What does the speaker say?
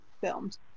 filmed